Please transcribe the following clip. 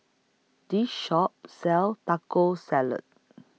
This Shop sells Taco Salad